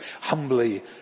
Humbly